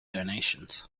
donations